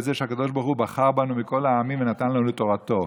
בזה שהקדוש ברוך הוא בחר בנו מכל העמים ונתן לנו את תורתו.